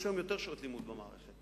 יש היום יותר שעות לימוד במערכת.